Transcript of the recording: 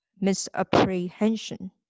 misapprehension